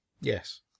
Yes